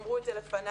אמרו את זה לפניי,